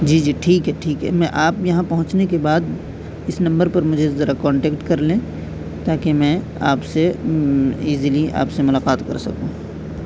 جی جی ٹھیک ہے ٹھیک ہے میں آپ یہاں پہنچنے کے بعد اس نمبر پر مجھے ذرا کانٹیکٹ کرلیں تاکہ میں آپ سے ایزیلی آپ سے ملاقات کرسکوں